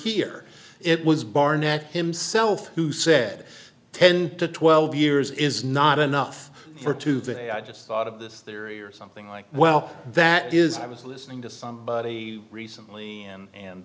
here it was barnett himself who said ten to twelve years is not enough for today i just thought of this theory or something like well that is i was listening to somebody recently and